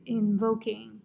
invoking